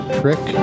trick